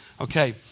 Okay